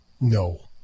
No